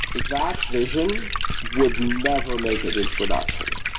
that vision would never make it into production.